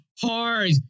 hard